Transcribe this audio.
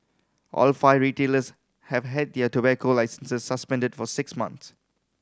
all five retailers have had their tobacco licences suspended for six months